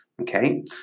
okay